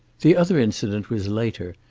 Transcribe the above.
the other incident was later,